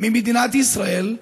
ממדינת ישראל,